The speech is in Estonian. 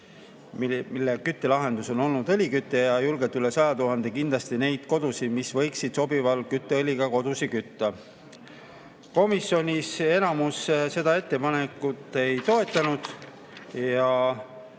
mille küttelahendus on õliküte, ja julgelt üle 100 000 neid kodusid, mis võiksid sobiva kütteõliga kütta. Komisjonis enamus seda ettepanekut ei toetanud.